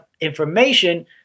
information